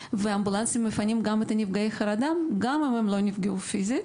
ואמבולנסים מפנים גם את נפגעי החרדה גם אם הם לא נפגעו פיזית.